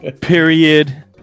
period